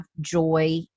joy